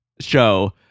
show